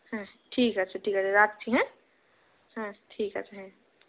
হ্যাঁ ঠিক আছে ঠিক আছে রাখছি হ্যাঁ হ্যাঁ ঠিক আছে হ্যাঁ